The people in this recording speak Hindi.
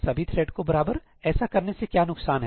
सभी थ्रेड को बराबर ऐसा करने से क्या नुकसान है